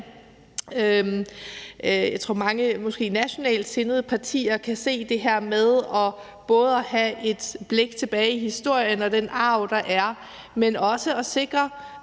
Jeg tror, at mange måske nationalt sindede partier kan se sig i det her med både at have et blik tilbage i historien og til den arv, der er, men også at sikre